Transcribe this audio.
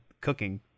cooking